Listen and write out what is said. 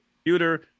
computer